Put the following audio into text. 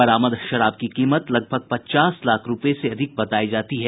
बरामद शराब की कीमत लगभग पचास लाख रूपये से अधिक बतायी जाती है